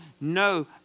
No